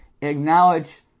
acknowledge